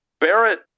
Barrett